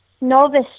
Novice